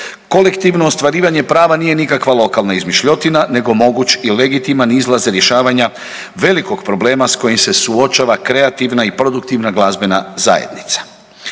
Kolektivno ostvarivanje prava nije nikakva lokalna izmišljotina, nego moguć i legitiman izlaz rješavanja velikog problema sa kojim se suočava kreativna i produktivna glazbena zajednica.